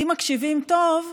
אם מקשיבים טוב,